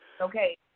Okay